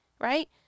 right